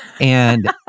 And-